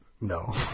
no